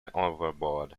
overboard